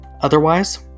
Otherwise